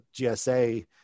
GSA